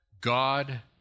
God